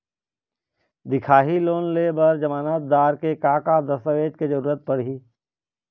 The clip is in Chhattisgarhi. दिखाही लोन ले बर जमानतदार के का का दस्तावेज के जरूरत पड़ही?